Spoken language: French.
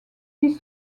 dix